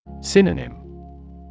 Synonym